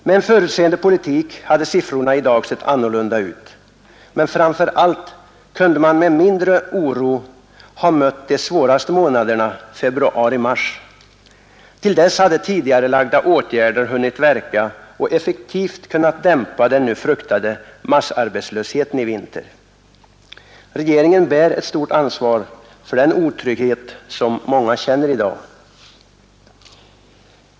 Med en förutseende politik hade siffrorna i dag sett annorlunda ut, men framför allt kunde man med mindre oro ha mött de svåraste månaderna, februari — mars. Till dess hade tidigarelagda åtgärder hunnit verka och effektivt kunnat dämpa den nu fruktade massarbetslösheten i vinter. Regeringen bär ett stort ansvar för den otrygghet som många känner i dag.